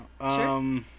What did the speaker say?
Sure